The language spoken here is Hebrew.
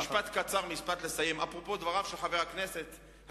משפט קצר לסיום: אפרופו דבריו של הדובר הקודם,